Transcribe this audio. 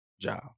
job